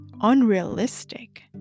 unrealistic